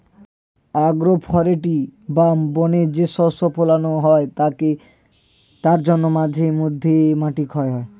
agro forestry বা বনে যে শস্য ফোলানো হয় তার জন্য মাঝে মধ্যে মাটি ক্ষয় হয়